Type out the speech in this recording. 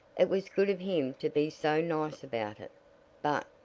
it was good of him to be so nice about it but,